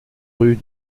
rue